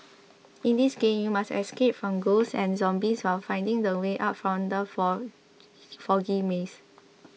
in this game you must escape from ghosts and zombies while finding the way out from the for foggy maze